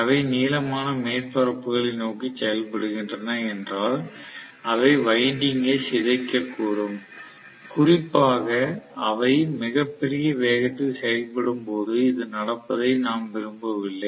அவை நீளமான மேற்பரப்புகளை நோக்கிச் செயல்படுகின்றன என்றால் அவை வைண்டிங்கை சிதைக்கக்கூடும் குறிப்பாக அவை மிகப் பெரிய வேகத்தில் செயல்படும்போது இது நடப்பதை நாம் விரும்பவில்லை